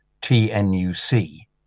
T-N-U-C